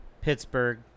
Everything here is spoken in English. Pittsburgh